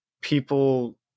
people